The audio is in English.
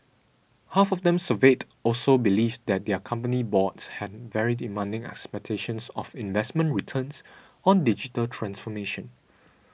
half of them surveyed also believed that their company boards had very demanding expectations of investment returns on digital transformation